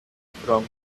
from